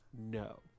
no